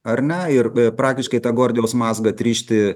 ar ne ir praktiškai tą gordijaus mazgą atrišti